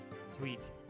Sweet